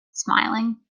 smiling